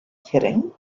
kidding